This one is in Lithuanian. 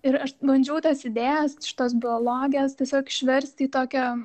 ir aš bandžiau tas idėjas šitos biologės tiesiog išversti į tokią